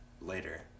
later